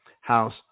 house